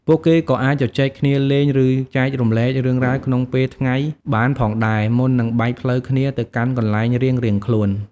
ពួកគេក៏អាចជជែកគ្នាលេងឬចែករំលែករឿងរ៉ាវក្នុងពេលថ្ងៃបានផងដែរ មុននឹងបែកផ្លូវគ្នាទៅកាន់កន្លែងរៀងៗខ្លួន។